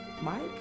Mike